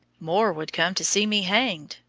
more would come to see me hanged,